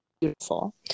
beautiful